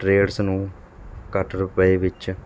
trades ਨੂੰ ਘੱਟ ਰੁਪਏ ਵਿੱਚ